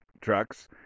trucks